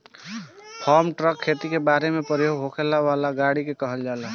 form truck खेती बारी में प्रयोग होखे वाला गाड़ी के कहल जाला